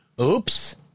Oops